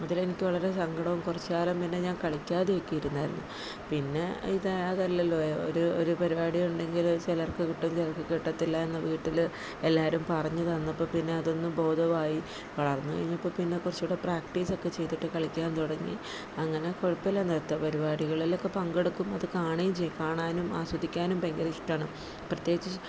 അതിൽ എനിക്ക് വളരെ സങ്കടവും കുറച്ച് കാലം പിന്നെ ഞാൻ കളിക്കാതെ ഒക്കെ ഇരുന്നായിരുന്നു പിന്നെ ഇത അതല്ലല്ലോ ഒരു ഒരു പരിപാടി ഉണ്ടെങ്കിൽ ചിലർക്ക് കിട്ടും ചിലർക്ക് കിട്ടത്തില്ല എന്ന വീട്ടിൽ എല്ലാരും പറഞ്ഞ് തന്നപ്പ പിന്നെ അതൊന്ന് ബോധവായി വളർന്ന് കഴിഞ്ഞപ്പോ പിന്നെ കൊറച്ചൂടെ പ്രാക്ടീസൊക്കെ ചെയ്തിട്ട് കളിക്കാൻ തുടങ്ങി അങ്ങനെ കൊഴപ്പല്ല നൃത്ത പരിപാടികളിലൊക്കെ പങ്കെടുക്കും അത് കാണുകയും ചെയ്യ കാണാനും ആസ്വദിക്കാനും ഭയങ്കര ഇഷ്ടമാണ് പ്രത്യേകിച്ച്